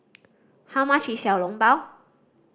how much is Xiao Long Bao